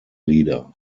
leader